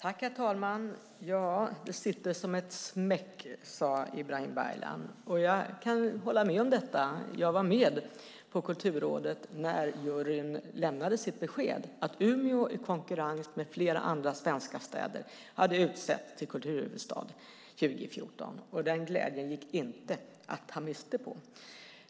Herr talman! "Sitter som en smäck", sade Ibrahim Baylan, och jag kan hålla med om detta. Jag var med på Kulturrådet när juryn lämnade sitt besked att Umeå i konkurrens med flera andra svenska städer hade utsetts till kulturhuvudstad 2014. Glädjen gick inte att ta miste på.